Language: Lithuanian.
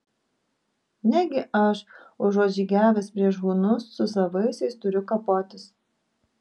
negi aš užuot žygiavęs prieš hunus su savaisiais turiu kapotis